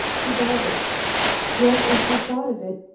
he doubted yet, as he thought of it,